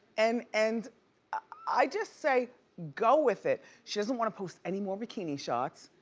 and and i just say go with it. she doesn't wanna post anymore bikini shots.